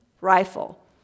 rifle